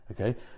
Okay